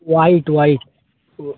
white white व